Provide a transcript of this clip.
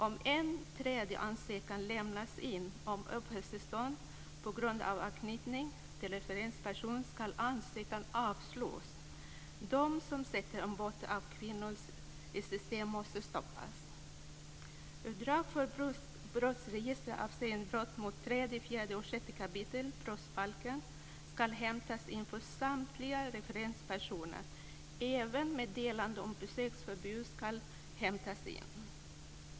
Om en tredje ansökan om uppehållstillstånd på grund av anknytning till referenspersonen lämnas in ska ansökan avslås. De som sätter import av kvinnor i system måste stoppas. Utdrag ur brottsregistret avseende brott mot tredje, fjärde och sjätte kapitlet i brottsbalken ska hämtas in för samtliga referenspersoner. Även meddelande om besöksförbud ska hämtas in.